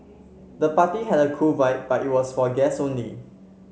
the party had a cool vibe but it was for guest only